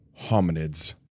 Hominids